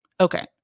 Okay